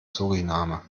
suriname